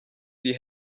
die